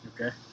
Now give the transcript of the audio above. Okay